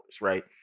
right